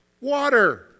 Water